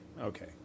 Okay